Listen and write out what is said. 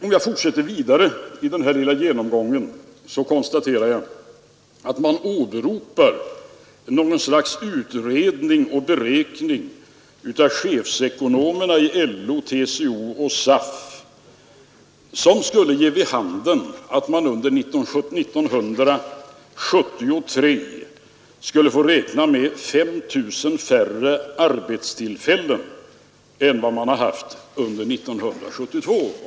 Om jag fortsätter den här lilla genomgången, så konstaterar jag att reservanterna åberopar något slags beräkning av chefsekonomerna i LO, TCO och SAF vilken skulle ge vid handen att vi under 1973 får räkna med 5 000 färre arbetstillfällen än under 1972.